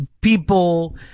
people